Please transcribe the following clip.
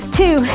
two